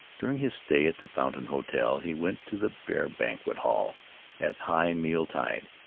during his stay at the fountain hotel, he went to the bear banquet hall at high meal-tide.